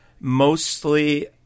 mostly